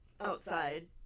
outside